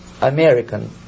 American